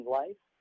life